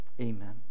amen